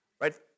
Right